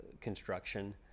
construction